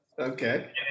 Okay